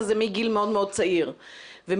אני